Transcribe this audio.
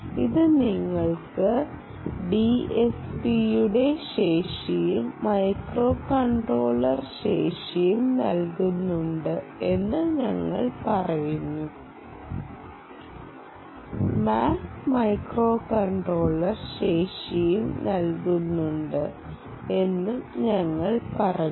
ഇത് നിങ്ങൾക്ക് ഡിഎസ്പിയുടെ ശേഷിയും മൈക്രോകൺട്രോളർ ശേഷിയും നൽകുന്നുണ്ട് എന്നും ഞങ്ങൾ പറഞ്ഞു